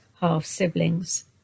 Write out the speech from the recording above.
half-siblings